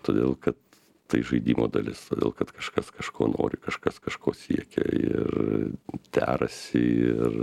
todėl kad tai žaidimo dalis todėl kad kažkas kažko nori kažkas kažko siekia ir derasi ir